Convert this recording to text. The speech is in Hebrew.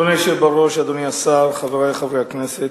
אדוני היושב בראש, אדוני השר, חברי חברי הכנסת,